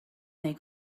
they